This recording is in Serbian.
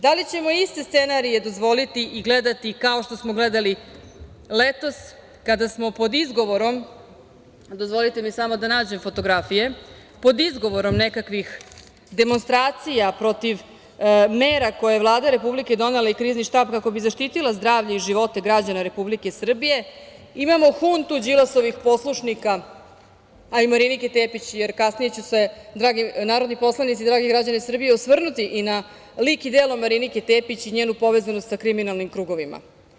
Da li ćemo iste scenarije dozvoliti i gledati kao što smo gledali letos, kada smo pod izgovorom nekakvih demonstracija protiv mera koje je Vlada Republike Srbije donela i Krizni štab, kako bi zaštitila zdravlje i živote građana Republike Srbije, imamo huntu Đilasovih poslušnika, a i Marinike Tepić, jer kasnije ću se dragi narodni poslanici, dragi građani Srbije osvrnuti i na lik i delo Marinike Tepić i njenu povezanost sa kriminalnim krugovima.